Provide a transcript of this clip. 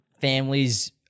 families